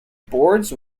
boards